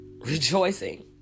rejoicing